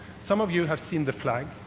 some of you have seen the flag.